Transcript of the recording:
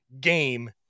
game